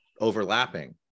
overlapping